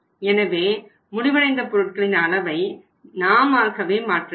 எனவே முடிவடைந்த பொருட்களின் அளவை நாமாகவே மாற்ற வேண்டும்